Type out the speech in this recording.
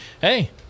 hey